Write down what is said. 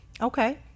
Okay